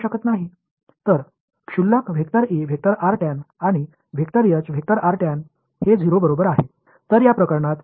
எல்லைக்கு முடிவிலி உள்ளது இது பிஸிக்கல் புலம் என்பதால் அது எப்போதும் செல்ல முடியாது